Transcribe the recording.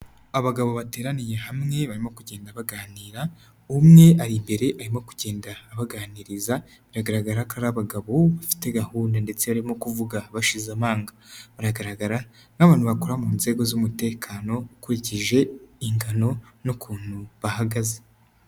Abagabo bateraniye hamwe, barimo kugenda baganira, umwe ari imbere arimo kugenda abaganiriza, biragaragara ko ari abagabo bafite gahunda ndetse barimo kuvuga bashize amanga, baragaragara nk'abantu bakora mu nzego z'umutekano, ukurikije ingano n'ukuntu bahagaze.